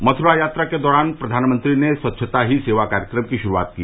मथुरा यात्रा के दौरान प्रधानमंत्री ने स्वच्छता ही सेवा कार्यक्रम की शुरूआत की